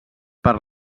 per